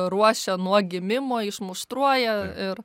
ruošia nuo gimimo išmuštruoja ir